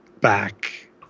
back